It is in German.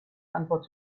antwort